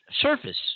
surface